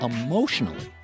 emotionally